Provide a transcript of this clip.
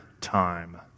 time